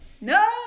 No